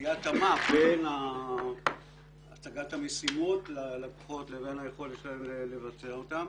שתהיה התאמה בין הצגת המשימות לכוחות לבין היכולת שלהם לבצען.